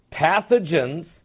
pathogens